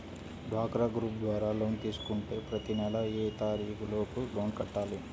డ్వాక్రా గ్రూప్ ద్వారా లోన్ తీసుకుంటే ప్రతి నెల ఏ తారీకు లోపు లోన్ కట్టాలి?